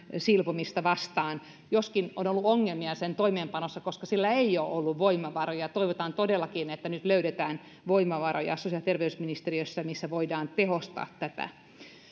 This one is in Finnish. silpomista vastaan joskin on ollut ongelmia sen toimeenpanossa koska siihen ei ole ollut voimavaroja toivotaan todellakin että nyt löydetään voimavaroja sosiaali ja terveysministeriössä missä voidaan tehostaa tätä